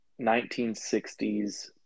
1960s